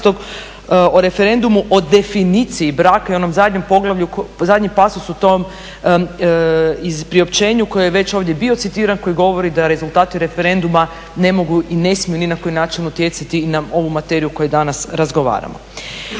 14.11.o referendumu o definiciji braka i onom zadnjem pasusu tom iz priopćenja koji je već ovdje bito citra koji govori da rezultati referenduma ne mogu i ne smiju ni na koji način utjecati na ovu materiju o kojoj danas razgovaramo.